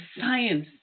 science